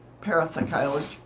Parapsychology